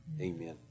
Amen